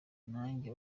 nanjye